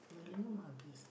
belum habis